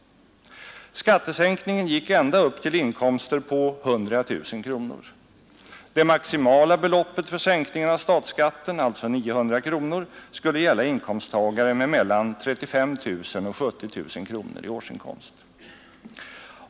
Skattesänkningen gick ända upp till inkomster på 100 000 kronor. Det maximala beloppet för sänkningen av statsskatten, alltså 900 kronor, skulle gälla inkomsttagare med mellan 35 000 och 70 000 kronor i årsinkomst.